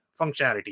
functionality